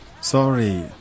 Sorry